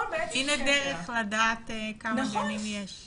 הנה דרך לדעת כמה גנים יש.